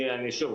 שוב,